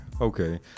Okay